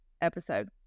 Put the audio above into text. episode